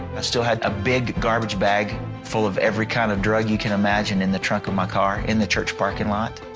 i still had a big garbage bag full of every kind of drug you can imagine in the trunk of my car, in the church parking lot.